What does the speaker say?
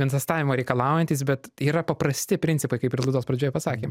investavimo reikalaujantys bet yra paprasti principai kaip ir laidos pradžioj pasakėme